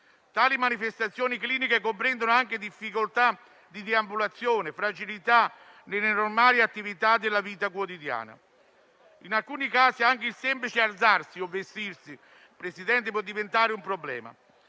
Tali manifestazioni cliniche comprendono anche difficoltà di deambulazione e fragilità nelle normali attività della vita quotidiana. In alcuni casi, anche il semplice alzarsi o vestirsi può diventare un problema.